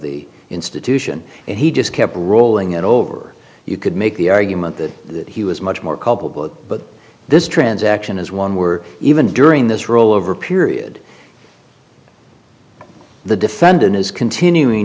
the institution and he just kept rolling it over you could make the argument that he was much more culpable but this transaction is one we're even during this rollover period the defendant is continuing